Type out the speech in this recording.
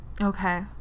Okay